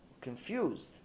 confused